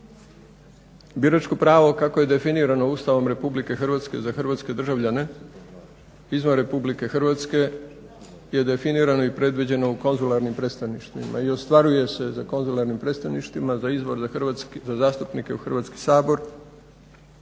biračko pravo kako je definirano Ustavom RH za hrvatske državljane izvan RH je definirano i predviđeno u konzularnim predstavništvima i ostvaruje se za konzularna predstavništva za izbor za zastupnike u Hrvatski sabor,